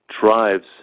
drives